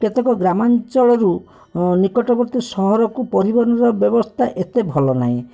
କେତେକ ଗ୍ରାମାଞ୍ଚଳରୁ ନିକଟବର୍ତ୍ତୀ ସହରକୁ ପରିବହନର ବ୍ୟବସ୍ଥା ଏତେ ଭଲ ନାହିଁ